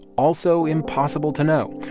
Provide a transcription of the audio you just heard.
also impossible to know.